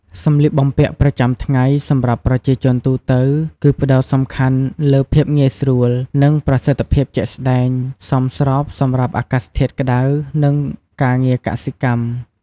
សម្លៀកបំពាក់ប្រចាំថ្ងៃសម្រាប់ប្រជាជនទូទៅគឺផ្តោតសំខាន់លើ ភាពងាយស្រួល និង ប្រសិទ្ធភាពជាក់ស្តែង សមស្របសម្រាប់អាកាសធាតុក្តៅ និងការងារកសិកម្ម។